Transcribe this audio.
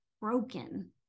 broken